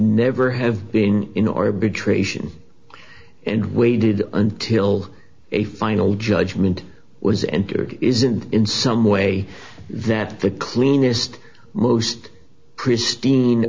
never have been in or betray sheehan and waited until a final judgment was entered isn't in some way that the cleanest most pristine